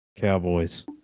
Cowboys